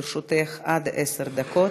לרשותך עד עשר דקות.